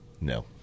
No